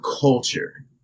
culture